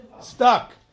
Stuck